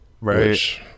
right